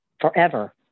forever